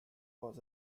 was